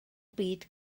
byd